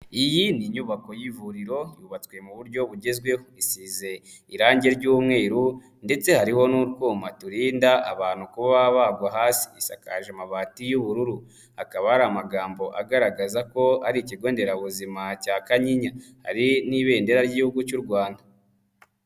Iyi ni inyubako y'ivuriro yubatswe mu buryo bugezweho isize irangi ry'umweru ndetse hariho n'utwuma turinda abantu kuba bagwa hasi. Isakaje amabati y'ubururu, hakaba ari amagambo agaragaza ko ari ikigo nderabuzima cya Kanyinya, hari n'ibendera ry'igihugu cy'u Rwanda.